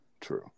true